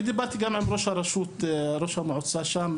אני דיברתי גם אתמול עם ראש המועצה שם,